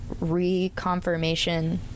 reconfirmation